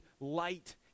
light